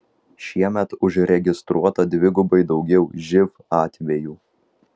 šiemet užregistruota dvigubai daugiau živ atvejų